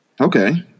Okay